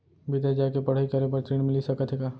बिदेस जाके पढ़ई करे बर ऋण मिलिस सकत हे का?